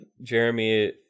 Jeremy